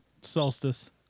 solstice